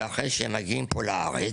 ואחרי שהם מגיעים לארץ,